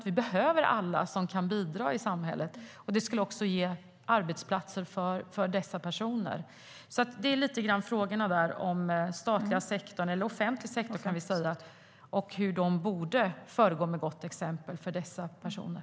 Vi behöver ju alla som kan bidra i samhället, och det skulle också ge arbetsplatser för dessa personer. Det var mina frågor. Hur kan offentlig sektor föregå med gott exempel för dessa personer?